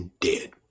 dead